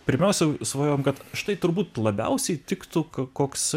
pirmiausia svajojame kad štai turbūt labiausiai tiktų koks